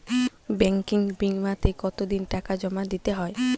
Banking বিমাতে কত দিন টাকা জমা দিতে হয়?